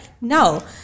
no